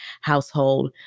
household